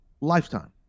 Lifetime